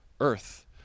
earth